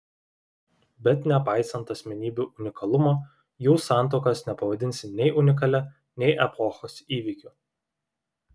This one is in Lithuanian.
bet nepaisant asmenybių unikalumo jų santuokos nepavadinsi nei unikalia nei epochos įvykiu